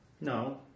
No